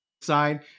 side